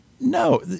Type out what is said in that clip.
no